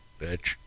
Bitch